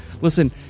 Listen